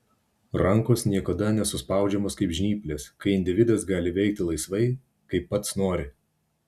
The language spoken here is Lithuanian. rankos niekada nesuspaudžiamos kaip žnyplės kai individas gali veikti laisvai kaip pats nori